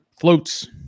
floats